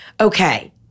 Okay